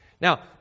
Now